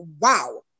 wow